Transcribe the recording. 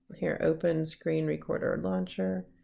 here open screen recorder launcher.